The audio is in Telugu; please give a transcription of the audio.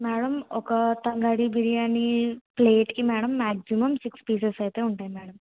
మేడం ఒక తంగడి బిర్యానీ ప్లేట్కి మేడం మ్యాగ్జిమమ్ సిక్స్ పీసెస్ అయితే ఉంటాయి మేడం